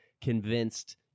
convinced